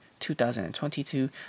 2022